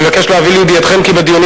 אני מבקש להביא לידיעתכם כי בדיונים